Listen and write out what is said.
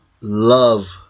love